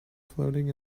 floating